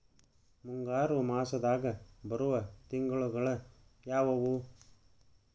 ಮುಂಗಾರು ಮಾಸದಾಗ ಬರುವ ತಿಂಗಳುಗಳ ಯಾವವು?